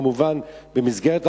כמובן במסגרת החוק,